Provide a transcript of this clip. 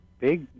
big